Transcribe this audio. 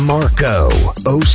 Marco